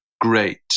great